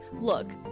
look